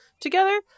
together